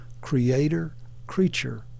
creator-creature